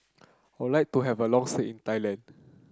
would like to have a long stay in Thailand